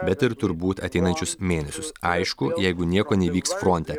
bet ir turbūt ateinančius mėnesius aišku jeigu nieko neįvyks fronte